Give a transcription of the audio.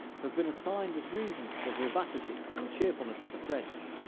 have been assigned as reasons for the vivacity and cheerfulness of the french,